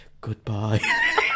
goodbye